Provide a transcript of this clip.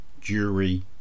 Jury